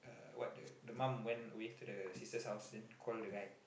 the what the the mum went away to the sister's house and call the guy